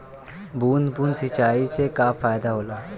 बूंद बूंद सिंचाई से का फायदा होला?